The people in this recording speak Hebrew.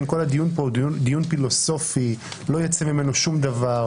כל הדיון פה הוא פילוסופי, לא ייצא ממנו שום דבר.